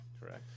Correct